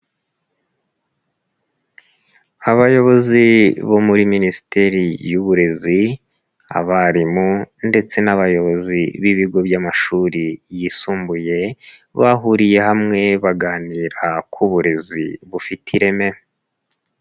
Abayobozi bo muri Minisiteri y'uburezi, abarimu ndetse n'abayobozi b'ibigo by'amashuri yisumbuye bahuriye hamwe baganira ku burezi bufite ireme.